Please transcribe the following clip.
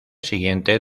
siguiente